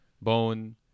bone